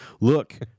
Look